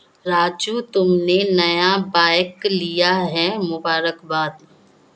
राजू तुमने नया बाइक लिया है मुबारकबाद